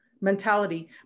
mentality